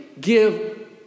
give